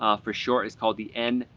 um for short, is called the and